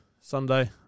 Sunday